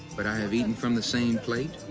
but i have eaten from the same plate,